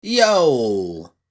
Yo